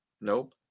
Nope